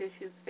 issues